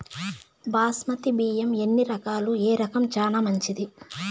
బాస్మతి బియ్యం ఎన్ని రకాలు, ఏ రకం చానా మంచిది?